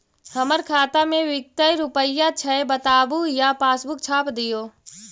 हमर खाता में विकतै रूपया छै बताबू या पासबुक छाप दियो?